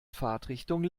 fahrtrichtung